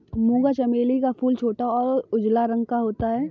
मूंगा चमेली का फूल छोटा और उजला रंग का होता है